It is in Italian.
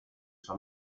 suo